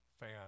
fan